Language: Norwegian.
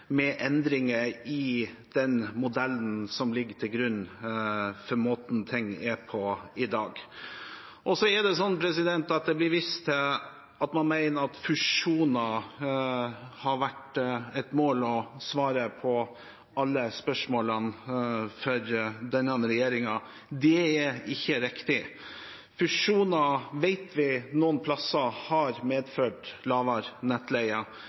med endringer i den modellen som ligger til grunn for måten ting gjøres på i dag. Det blir vist til at man mener at fusjoner har vært et mål og svaret på alle spørsmålene for denne regjeringen. Det er ikke riktig. Fusjoner vet vi har medført lavere nettleie